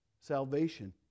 salvation